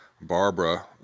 Barbara